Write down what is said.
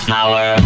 Power